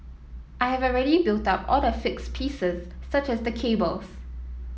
I have already built up all the fixed pieces such as the cables